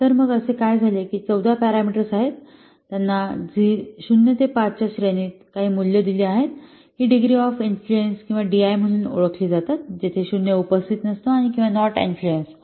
तर मग असे काय झाले की ते 14 पॅरामीटर्स आहेत ज्या त्यांना 0 ते 5 च्या श्रेणीत काही मूल्ये दिली जातात ही डिग्री ऑफ इन्फ्लुएन्स किंवा डीआय म्हणून ओळखली जातात जेथे 0 उपस्थित नसते किंवा नॉट इन्फ्लुएन्स